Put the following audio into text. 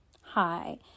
Hi